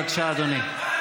בבקשה, אדוני.